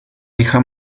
hija